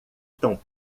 tão